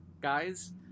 guys